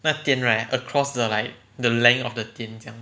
那天 right across the like the length of the 店这样